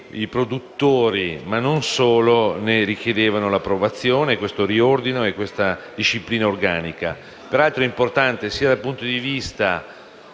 i produttori (ma non solo) chiedevano l'approvazione di questo riordino e di questa disciplina organica, peraltro importante sia dal punto di vista